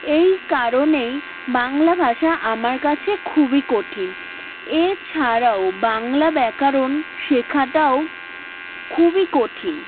এই কারণেই বাংলা ভাষা আমার কাছে খুবই কঠিন এছাড়াও বাংলা ব্যাকরণ শেখাটাও খুবই কঠিন